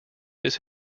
this